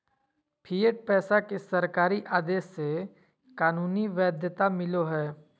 fiat पैसा के सरकारी आदेश से कानूनी वैध्यता मिलो हय